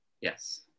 Yes